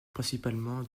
principalement